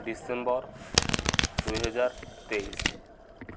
December ଦୁଇ ହଜାର ତେଇଶି